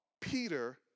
Peter